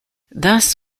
thus